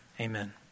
Amen